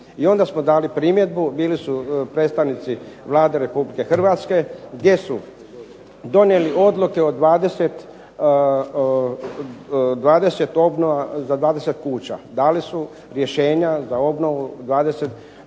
I onda smo dali primjedbu, bili su predstavnici Vlada Republike Hrvatske gdje su donijeli odluke za obnovu 20 kuća. Dali su rješenja za obnovu 20.